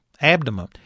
abdomen